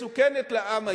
מסוכנת לעם האירני,